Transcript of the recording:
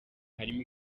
harimo